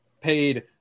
Paid